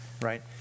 Right